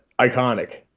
iconic